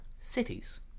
cities